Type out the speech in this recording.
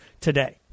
today